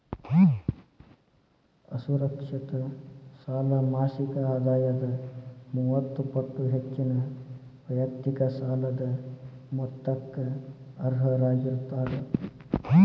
ಅಸುರಕ್ಷಿತ ಸಾಲ ಮಾಸಿಕ ಆದಾಯದ ಮೂವತ್ತ ಪಟ್ಟ ಹೆಚ್ಚಿನ ವೈಯಕ್ತಿಕ ಸಾಲದ ಮೊತ್ತಕ್ಕ ಅರ್ಹರಾಗಿರ್ತಾರ